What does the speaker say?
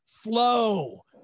flow